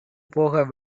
போக